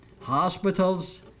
hospitals